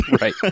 right